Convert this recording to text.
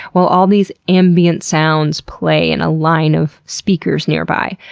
while all these ambient sounds play in a line of speakers nearby.